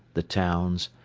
the towns,